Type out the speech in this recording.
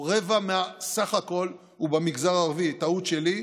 רבע מהסך הכול הוא במגזר הערבי, טעות שלי.